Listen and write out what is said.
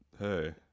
hey